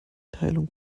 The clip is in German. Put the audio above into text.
teilung